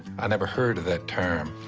i never heard of that term.